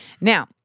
now